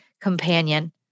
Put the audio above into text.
companion